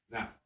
Now